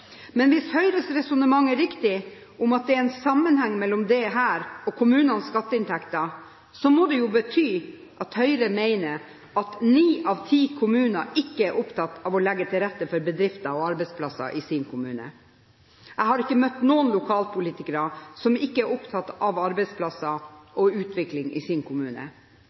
Men hvis Høyres resonnement om at det er en sammenheng mellom dette og kommunenes skatteinntekter, er riktig, må jo det bety at Høyre mener at ni av ti kommuner ikke er opptatt av å legge til rette for bedrifter og arbeidsplasser. Jeg har ikke møtt noen lokalpolitiker som ikke er opptatt av arbeidsplasser og utvikling i sin kommune.